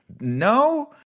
no